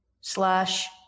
slash